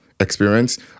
experience